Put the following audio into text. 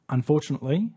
Unfortunately